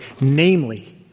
namely